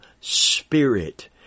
spirit